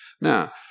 Now